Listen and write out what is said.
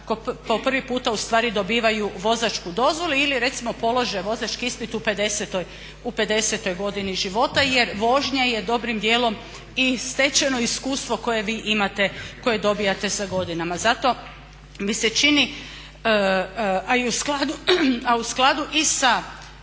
po prvi puta ustvari dobivaju vozačku dozvolu ili recimo polože vozački ispit u 50 godini života jer vožnja je dobrim djelom i stečeno iskustvo koje vi imate, koje dobivate sa godinama. Zato mi se čini, a u skladu i sa